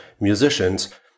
musicians